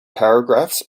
paragraphs